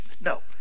no